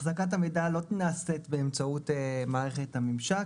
החזקת המידע לא נעשית באמצעות מערכת הממשק,